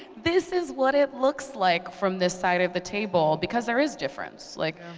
this is what it looks like from this side of the table, because there is difference. like